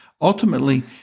ultimately